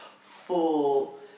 full